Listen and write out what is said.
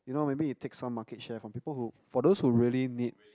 you know maybe it take some market share from people who for those who really need